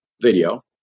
video